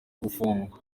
gufungwa